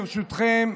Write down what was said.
ברשותכם,